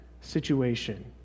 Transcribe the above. situation